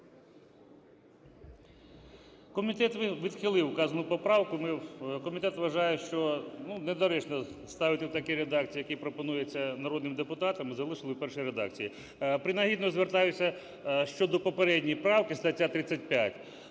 Комітет відхилив вказану поправку. Ми, комітет вважає, що, ну, недоречно ставити в такій редакції, в якій пропонується народним депутатом, і залишили в першій редакції. Принагідно звертаюся щодо попередньої правки, стаття 35,